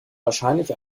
wahrscheinlich